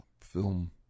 film